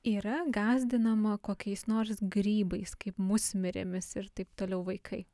yra gąsdinama kokiais nors grybais kaip musmirėmis ir taip toliau vaikai